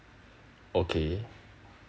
okay